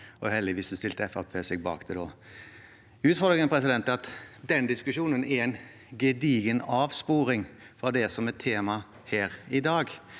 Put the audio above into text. stilte Fremskrittspartiet seg bak det da. Utfordringen er at den diskusjonen er en gedigen avsporing fra det som er temaet her i dag,